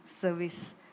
service